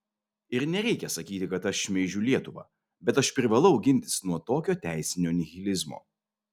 ir nereikia sakyti kad aš šmeižiu lietuvą bet aš privalau gintis nuo tokio teisinio nihilizmo